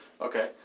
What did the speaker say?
Okay